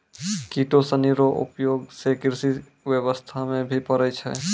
किटो सनी रो उपयोग से कृषि व्यबस्था मे भी पड़ै छै